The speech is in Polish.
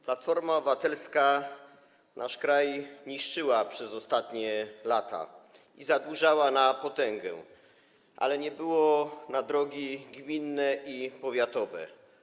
Platforma Obywatelska nasz kraj niszczyła przez ostatnie lata i zadłużała na potęgę, ale nie było na drogi gminne i powiatowe.